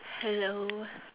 hello